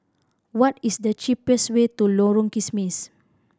what is the cheapest way to Lorong Kismis